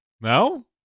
No